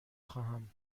خواهم